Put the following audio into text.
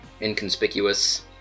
inconspicuous